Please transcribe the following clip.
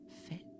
fit